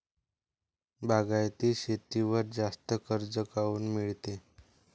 बागायती शेतीवर जास्त कर्ज काऊन मिळते?